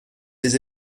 des